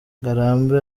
ngarambe